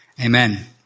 Amen